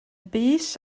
bys